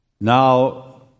now